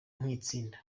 nk’itsinda